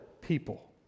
people